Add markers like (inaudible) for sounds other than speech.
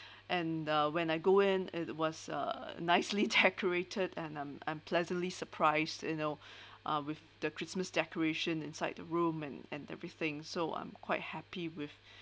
(breath) and uh when I go in it was uh nicely (laughs) decorated and um I'm pleasantly surprised you know (breath) uh with the christmas decoration inside the room and and everything so I'm quite happy with